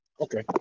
Okay